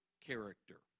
character